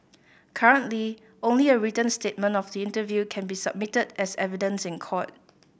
currently only a written statement of the interview can be submitted as evidence in court